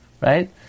Right